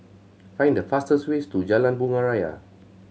find the fastest way to Jalan Bunga Raya